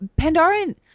Pandarin